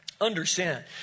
Understand